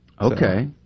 Okay